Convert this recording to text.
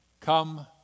Come